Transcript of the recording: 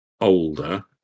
older